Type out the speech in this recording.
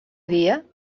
dia